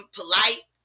polite